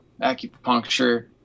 acupuncture